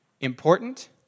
important